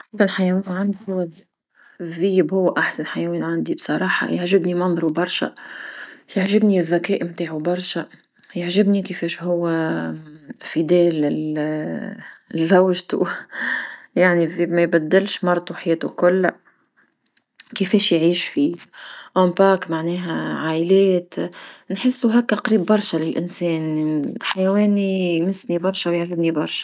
أحسن حيوان عندي هوا الذئب، الذيب هوا أحسن حيوان عندي بصراحة يعجبني منظرو برشا يعجبني الذكاء متاعو برشا يعجبني كفاش هوا وفي لل- لزوجته يعني الذئب ما يبدلش مرتو حياتو كلها، كيفاش يعيش في مجموعة معنها عايلات نحسو هكا قريب برشا للإنسان الحيوان يمسني برشا ويعجبني برشا.